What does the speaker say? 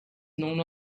known